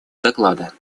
доклада